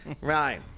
Right